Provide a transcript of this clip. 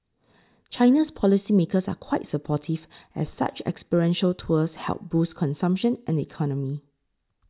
China's policy makers are quite supportive as such experiential tours help boost consumption and the economy